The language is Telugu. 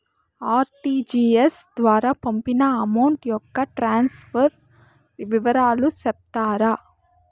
ఆర్.టి.జి.ఎస్ ద్వారా పంపిన అమౌంట్ యొక్క ట్రాన్స్ఫర్ వివరాలు సెప్తారా